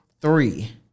three